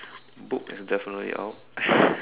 book is definitely out